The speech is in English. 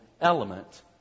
element